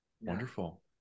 Wonderful